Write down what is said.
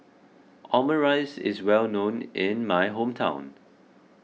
Omurice is well known in my hometown